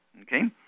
Okay